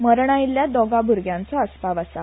मरण आयिल्ल्यांत दोगा भ्रग्यांचो आस्पाव आसा